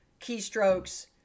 keystrokes